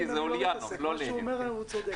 יש לנו אפס הרוגים ביחס לשנה שעברה,